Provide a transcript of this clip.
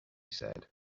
said